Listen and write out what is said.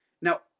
Now